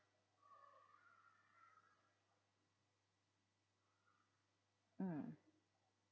mm